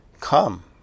Come